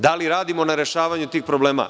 Da li radimo na rešavanju tih problema?